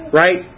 right